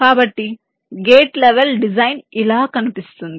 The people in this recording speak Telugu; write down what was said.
కాబట్టి గేట్ లెవెల్ డిజైన్ ఇలా కనిపిస్తుంది